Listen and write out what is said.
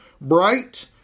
bright